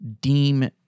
deem